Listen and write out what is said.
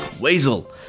Weasel